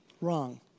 wrong